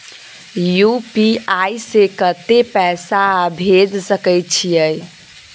UPI से कत्ते पैसा भेज सके छियै?